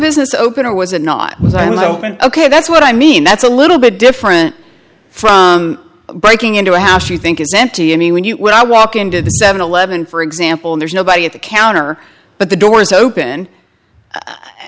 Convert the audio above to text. business open or was it not was an open ok that's what i mean that's a little bit different from breaking into a house you think is empty i mean when you when i walk into the seven eleven for example and there's nobody at the counter but the door is open i